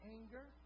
anger